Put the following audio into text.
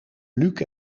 luuk